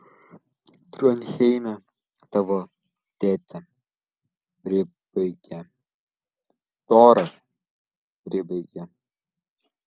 tronheime tavo tėtį pribaigė tora pribaigė